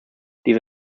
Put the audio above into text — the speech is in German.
diese